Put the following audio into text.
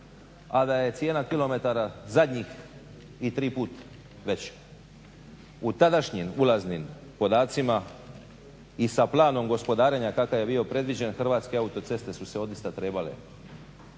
a da je cijena kilometara zadnjih i tri puta veća. U tadašnjim ulaznim podacima i sa planom gospodarenja kakav je bio predviđen Hrvatske autoceste su se odista trebale